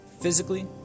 physically